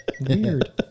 weird